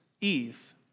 Eve